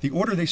the order they